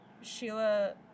Sheila